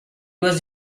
was